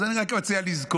אז אני רק מציע לזכור.